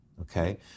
Okay